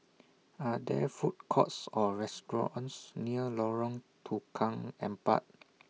Are There Food Courts Or restaurants near Lorong Tukang Empat